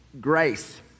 Grace